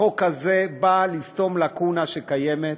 החוק הזה בא לסתום לקונה שקיימת.